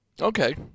Okay